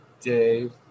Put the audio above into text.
Dave